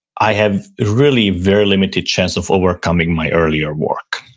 i have really very limited chance of overcoming my earlier work.